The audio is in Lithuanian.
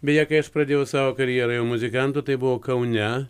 beje kai aš pradėjau savo karjerą jau muzikanto tai buvo kaune